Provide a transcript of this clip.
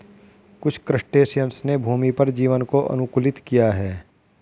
कुछ क्रस्टेशियंस ने भूमि पर जीवन को अनुकूलित किया है